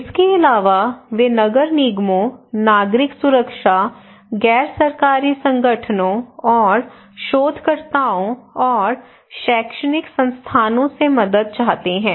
इसके अलावा वे नगर निगमों नागरिक सुरक्षा गैर सरकारी संगठनों और शोधकर्ताओं और शैक्षणिक संस्थानों से मदद चाहते हैं